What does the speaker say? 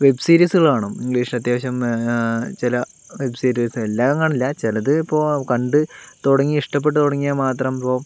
web സീരീസുകൾ കാണും English അത്യാവശ്യം ചില വെബ് സീരീസ് എല്ലാമൊന്നും കാണില്ല ചിലത് ഇപ്പോൾ കണ്ടു തുടങ്ങി ഇഷ്ടപ്പെട്ട് തുടങ്ങിയാൽ മാത്രം ഇപ്പോൾ